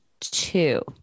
Two